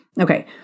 Okay